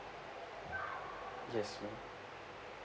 yes ma'am